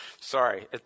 Sorry